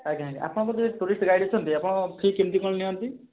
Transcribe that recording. ଆଜ୍ଞା ଆଜ୍ଞା ଆପଣଙ୍କ ଯେଉଁ ଟୁରିଷ୍ଟ ଗାଇଡ଼ ଅଛନ୍ତି ଆପଣ ଫି କେମିତି କ'ଣ ନିଅନ୍ତି